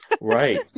right